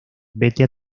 vete